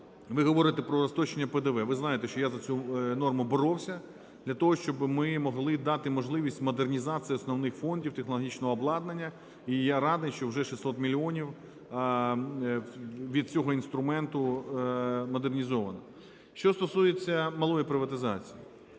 ви говорите про розстрочення ПДВ. Ви знаєте, що я за цю норму боровся для того, щоби ми могли дати можливість модернізації основних фондів, технологічного обладнання, і я радий, що вже 600 мільйонів від цього інструменту модернізовано. Що стосується малої приватизації.